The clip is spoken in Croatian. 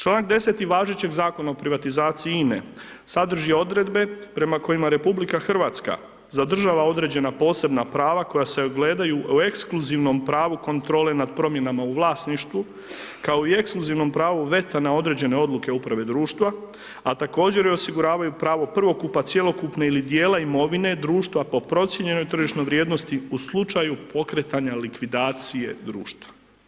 Članak 10. važećeg Zakona o privatizaciji INE sadrži odredbe prema kojima RH zadržava određena posebna prava koja se ogledaju u ekskluzivnom pravu kontrole nad promjenama u vlasništvu kao i u ekskluzivnom pravu veta na određene odluke uprave društva, a također i osiguravaju pravo prvokupa cjelokupne ili dijela imovine društva po procijenjenoj tržišnoj vrijednosti u slučaju pokretanja likvidacije društva.